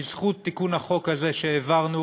בזכות תיקון החוק הזה שהעברנו,